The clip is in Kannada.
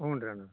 ಹ್ಞೂ ರೀ ಅಣ್ಣ